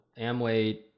Amway